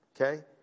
okay